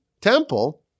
temple